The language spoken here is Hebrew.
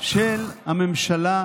במחיאות כפיים,